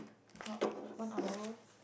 about one hour